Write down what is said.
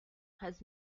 has